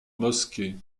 mosquée